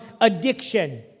addiction